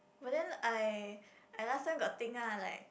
but then I I last time got think ah like